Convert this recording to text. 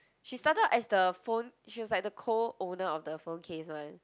she started as the phone she was like the co-owner of the phone case [one]